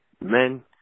men